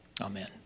amen